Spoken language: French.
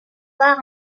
par